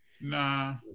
Nah